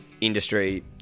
industry